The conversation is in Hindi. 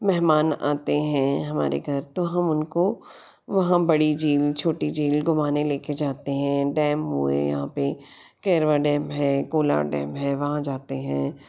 मेहमान आते हैं हमारे घर तो हम उनको वहाँ बड़ी झील छोटी झील घुमाने ले कर जाते हैं डैम हुए यहाँ पर कैरवा डैम हैं कोलार डैम हैं पर वहाँ जाते हैं